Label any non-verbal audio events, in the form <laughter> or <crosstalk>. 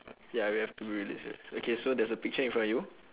<noise> ya we have to really serious okay so there's a picture in front of you